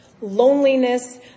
loneliness